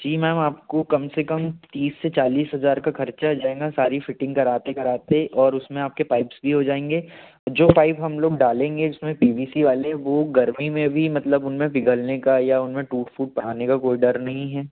जी ma'am आपको कम से कम तीस से चालीस हज़ार का खर्चा आ जाएंगा सारी फ़िटिंग कराते कराते और उसमें आपके पाइप्स भी हो जाएंगे जो टाइप हम लोग डालेंगे उसमें पी वी सी वाले वो गर्मी में भी मतलब उनमें पिघलने का या उनमें टूट फूट बढ़ाने का कोई डर नहीं है